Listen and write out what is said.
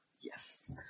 Yes